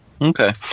okay